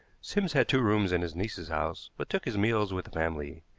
sims had two rooms in his niece's house, but took his meals with the family.